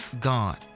gone